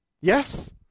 Yes